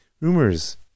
Rumors